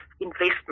investment